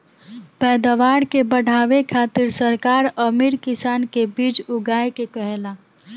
पैदावार के बढ़ावे खातिर सरकार अमीर किसान के बीज उगाए के कहेले